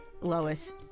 Lois